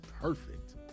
perfect